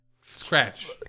Scratch